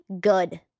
good